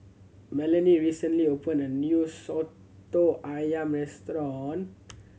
Melonie recently opened a new Soto Ayam restaurant